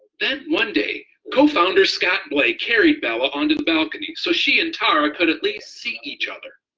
then one day, co-founder scott blake carried bella onto the balcony so she and tara could at least see each other.